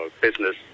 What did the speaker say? business